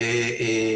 תודה.